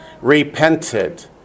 Repented